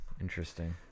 Interesting